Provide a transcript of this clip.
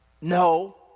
No